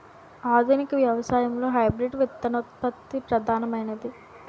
ఆధునిక వ్యవసాయంలో హైబ్రిడ్ విత్తనోత్పత్తి ప్రధానమైనది